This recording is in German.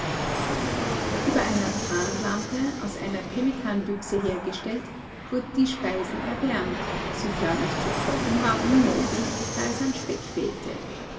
über einer tranlampe aus einer pemmikanbüchse hergestellt wurden die speisen erwärmt sie förmlich zu kochen war unmöglich da es an speck fehlte